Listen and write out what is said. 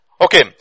Okay